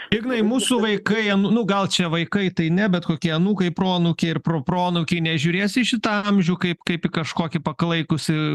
ignai mūsų vaikai nu gal čia vaikai tai ne bet kokie anūkai proanūkiai ir pro proanūkiai nežiūrės į šitą amžių kaip kaip į kažkokį paklaikusį